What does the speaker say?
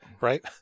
Right